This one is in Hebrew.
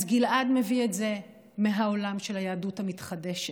גלעד מביא את זה מהעולם של היהדות המתחדשת,